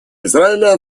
израиля